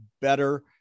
better